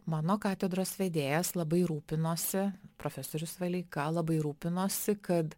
mano katedros vedėjas labai rūpinosi profesorius valeika labai rūpinosi kad